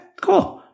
cool